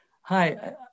Hi